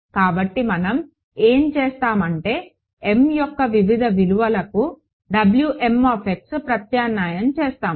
కాబట్టి మనం ఏం చేస్తామంటే m యొక్క వివిధ విలువలకు ప్రత్యామ్నాయం చేస్తాము